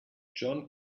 john